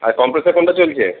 আর compressor কোনটা চলছে